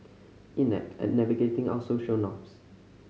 inept at navigating our social norms